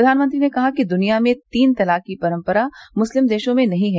प्रधानमंत्री ने कहा कि दुनिया में तीन तलाक की परंपरा मुस्लिम देशों में नहीं है